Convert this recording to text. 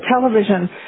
television